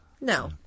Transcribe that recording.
no